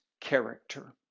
character